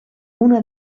una